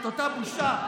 את אותה בושה,